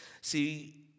See